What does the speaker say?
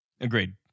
Agreed